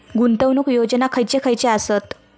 गुंतवणूक योजना खयचे खयचे आसत?